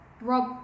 Rob